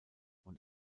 und